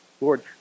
Lord